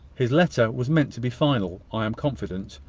his letter was meant to be final, i am confident,